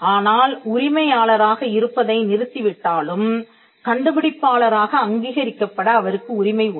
ஆனால் உரிமையாளராக இருப்பதை நிறுத்தி விட்டாலும் கண்டுபிடிப்பாளராக அங்கீகரிக்கப்பட அவருக்கு உரிமை உண்டு